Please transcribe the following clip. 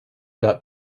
got